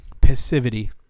Passivity